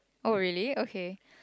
oh really okay